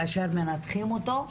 כאשר מנתחים אותו,